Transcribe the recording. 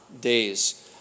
days